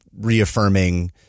reaffirming